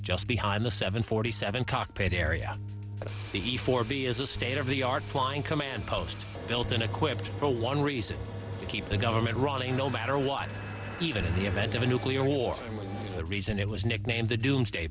just behind the seven forty seven cockpit area of the four b is a state of the art flying command post built and equipped for one reason to keep the government running no matter what even in the event of a nuclear war the reason it was nicknamed the doomsday